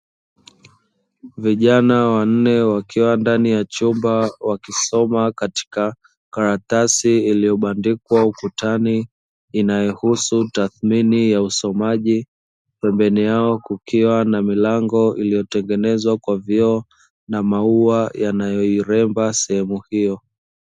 Vijana wanne wakiwa ndani ya chumba, wakisoma katika karatasi iliyobandikwa ukutani, inayohusu tathmini ya usomaji, pembeni yao kukiwa na milango iliyotengenezwa kwa vioo na maua yanayoiremba sehemu hiyo.